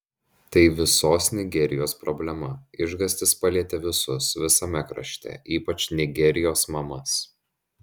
tai visos nigerijos problema išgąstis palietė visus visame krašte ypač nigerijos mamas